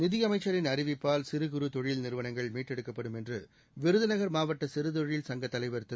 நிதியமைச்சின் அறிவிப்பால் சிறு குறு தொழில் நிறுவனங்கள் மீட்டெடுக்கப்படும் என்று விருதுநகர் மாவட்ட சிறு தொழில் சங்க தலைவர் திரு